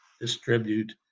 distribute